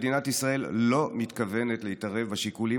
מדינת ישראל לא מתכוונת להתערב בשיקולים